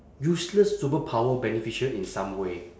useless superpower beneficial in some way